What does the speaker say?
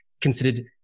considered